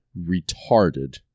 retarded